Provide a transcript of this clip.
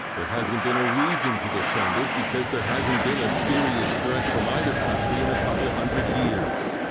there hasn't been a reason to defend it because there hasn't been a serious threat from either country in a couple hundred years.